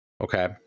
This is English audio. okay